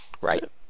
Right